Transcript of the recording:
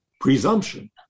presumption